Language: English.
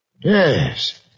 Yes